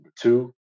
two